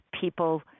people